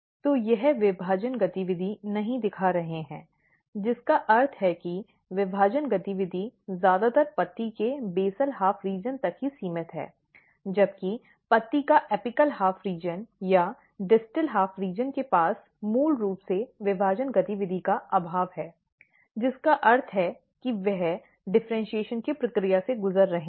तो यह विभाजन गतिविधि नहीं दिखा रहे हैं जिसका अर्थ है कि विभाजन गतिविधि ज्यादातर पत्ती के बेसल आधे क्षेत्र तक ही सीमित है जबकि पत्ती का एपिकल आधा क्षेत्र या डिस्टल आधा क्षेत्र के पास मूल रूप से विभाजन गतिविधि का अभाव है जिसका अर्थ है कि वे डिफ़र्इन्शीएशन की प्रक्रिया से गुजर रहे हैं